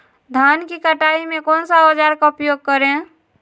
धान की कटाई में कौन सा औजार का उपयोग करे?